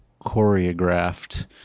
choreographed